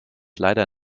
leider